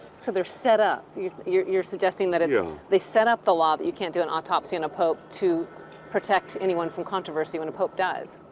so, they're set up. you're you're suggesting that they set up the law that you can't do an autopsy on a pope to protect anyone from controversy when a pope dies.